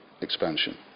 Expansion